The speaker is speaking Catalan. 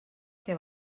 que